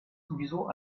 sowieso